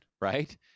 Right